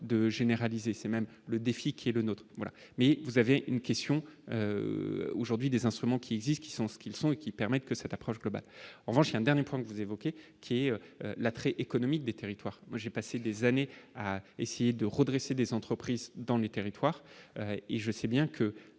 de généraliser ces même le défi qui est le nôtre, voilà mais vous avez une question aujourd'hui des instruments qui existent, qui sont ce qu'ils sont et qui permettent que cette approche globale en revanche un dernier point que vous évoquiez, qui est l'attrait économique des territoires, moi j'ai passé des années à essayer de redresser des entreprises dans les territoires et je sais bien que